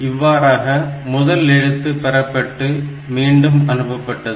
இவ்வாறாக முதல் எழுத்து பெறப்பட்டு மீண்டும் அனுப்பப்பட்டது